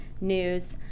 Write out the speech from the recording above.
news